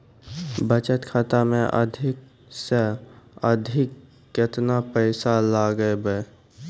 बचत खाता मे अधिक से अधिक केतना पैसा लगाय ब?